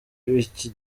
b’iki